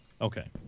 Okay